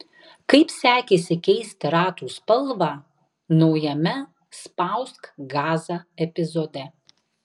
kaip sekėsi keisti ratų spalvą naujame spausk gazą epizode